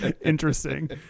interesting